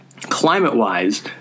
climate-wise